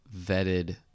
vetted